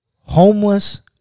homeless